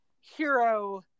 hero